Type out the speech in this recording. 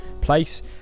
place